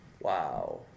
Wow